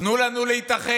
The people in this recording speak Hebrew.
תנו לנו להתאחד.